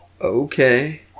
Okay